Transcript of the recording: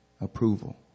approval